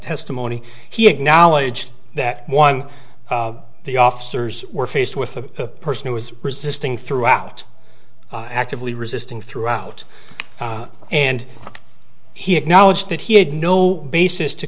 testimony he acknowledged that one of the officers were faced with a person who was resisting throughout actively resisting throughout and he acknowledged that he had no basis to